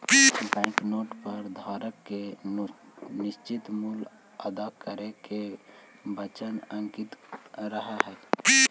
bank note पर धारक के निश्चित मूल्य अदा करे के वचन अंकित रहऽ हई